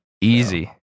Easy